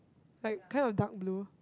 like kind of dark blue